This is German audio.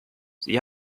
sie